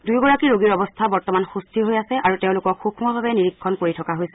দুয়োগৰাকী ৰোগীৰ অৱস্থা বৰ্তমান সুস্থিৰ হৈ আছে আৰু তেওঁলোকক সুক্মভাৱে নিৰীক্ষণ কৰি থকা হৈছে